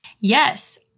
Yes